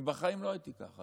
אני בחיים לא הייתי ככה,